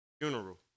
funeral